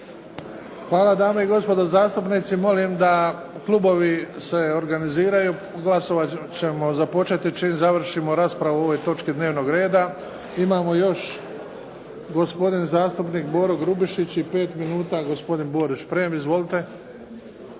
Hvala. Dame i gospodo zastupnici molim da klubovi se organiziraju, glasovanje ćemo započeti čim završimo raspravu o ovoj točki dnevnog reda. Imamo još gospodin zastupnik Boro Grubišić i pet minuta gospodin Boris Šprem. Izvolite.